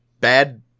bad